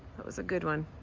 that was a good one.